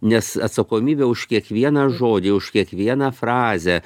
nes atsakomybę už kiekvieną žodį už kiekvieną frazę